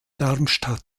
darmstadt